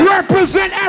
Represent